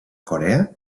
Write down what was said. corea